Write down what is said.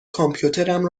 کامپیوترم